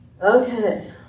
Okay